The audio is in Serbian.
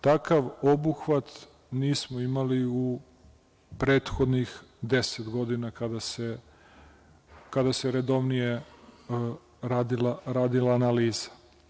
Takav obuhvat nismo imali u prethodnih 10 godina kada se redovnije radila analiza.